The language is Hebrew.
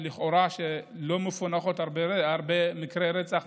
שלכאורה לא מפוענחים הרבה מקרי רצח,